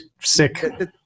sick